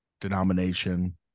denomination